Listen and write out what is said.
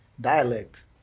Dialect